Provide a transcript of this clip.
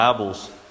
bibles